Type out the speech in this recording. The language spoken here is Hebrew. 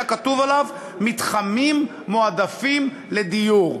היה כתוב עליו: מתחמים מועדפים לדיור.